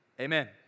amen